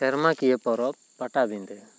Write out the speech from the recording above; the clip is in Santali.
ᱥᱮᱨᱢᱟᱠᱤᱭᱟ ᱯᱚᱨᱚᱵᱽ ᱯᱟᱴᱟᱵᱤᱸᱫᱟᱹ